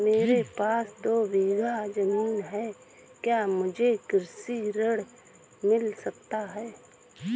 मेरे पास दो बीघा ज़मीन है क्या मुझे कृषि ऋण मिल सकता है?